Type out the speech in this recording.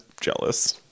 jealous